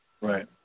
Right